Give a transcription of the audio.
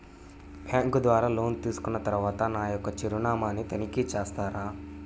Bank ద్వారా loan తీసుకున్న తరువాత నా యొక్క చిరునామాని తనిఖీ చేస్తారా?